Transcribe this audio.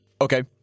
Okay